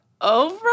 over